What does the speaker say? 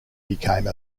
became